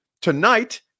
tonight